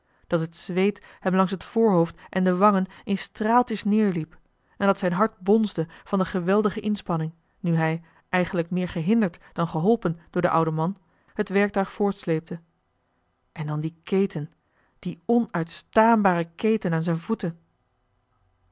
dat het zweet hem langs het voorhoofd en de wangen in straaltjes neerliep en dat zijn hart bonsde van de geweldige inspanning nu hij eigenlijk meer gehinderd dan geholpen door den ouden man het werktuig voortsleepte en dan die keten die onuitstaanbare keten aan zijn voeten